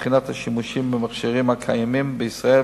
בבחינת השימושים במכשירים הקיימים בישראל,